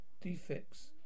defects